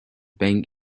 bank